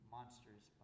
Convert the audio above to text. Monsters